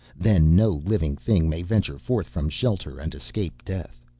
then no living thing may venture forth from shelter and escape death.